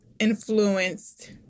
influenced